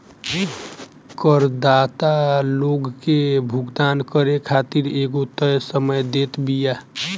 करदाता लोग के भुगतान करे खातिर एगो तय समय देत बिया